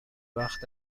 وقت